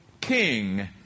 king